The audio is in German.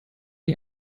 die